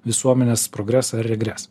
visuomenės progresą ar regresą